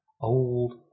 old